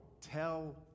tell